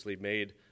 made